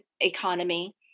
economy